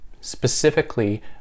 specifically